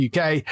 uk